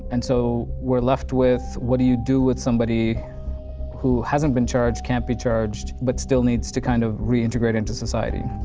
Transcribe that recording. and so we're left with, what do you do with somebody who hasn't been charged, can't be charged, but still needs to kind of, re-integrate into society?